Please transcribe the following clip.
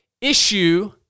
issue